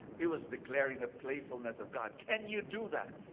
he was declaring the playfulness of god. can you do that?